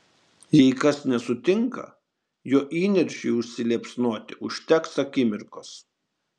jei kas nesutinka jo įniršiui užsiliepsnoti užteks akimirkos